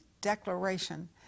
declaration